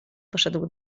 poszedł